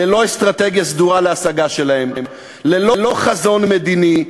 ללא אסטרטגיה סדורה להשגה שלהם, ללא חזון מדיני.